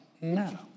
no